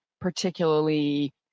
particularly